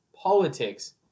politics